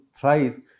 thrice